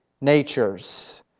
natures